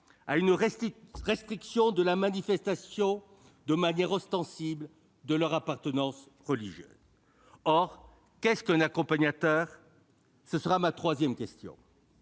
à une restriction de la manifestation ostensible de leur appartenance religieuse. Or qu'est-ce qu'un accompagnateur ? C'est là ma troisième question.